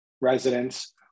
residents